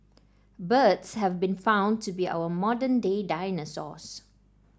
birds have been found to be our modern day dinosaurs